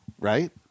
right